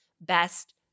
Best